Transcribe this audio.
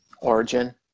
origin